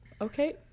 okay